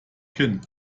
kinn